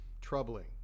troubling